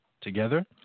together